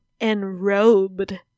enrobed